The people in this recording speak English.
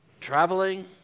traveling